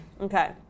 Okay